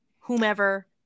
whomever